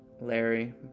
Larry